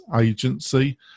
agency